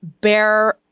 bear